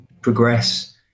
progress